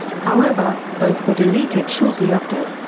however, both were deleted shortly after.